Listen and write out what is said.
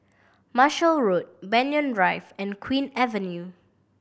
Marshall Road Banyan Drive and Queen Avenue